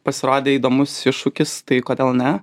pasirodė įdomus iššūkis tai kodėl ne